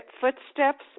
footsteps